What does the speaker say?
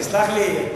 סלח לי,